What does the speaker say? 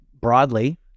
broadly